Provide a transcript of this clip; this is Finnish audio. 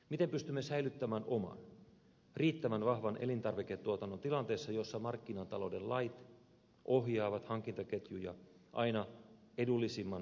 miten pystymme säilyttämään riittävän vahvan oman elintarviketuotannon tilanteessa jossa markkinatalouden lait ohjaavat hankintaketjuja aina edullisimman toimittajan suuntaan